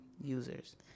Users